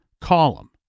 column